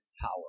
power